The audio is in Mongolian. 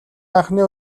анхны